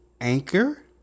anchor